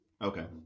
okay